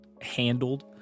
handled